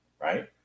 right